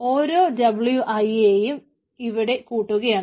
ഓരോ Wi യേയും ഇവിടെ കൂട്ടുകയാണ്